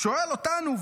שואל אותנו,